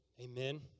Amen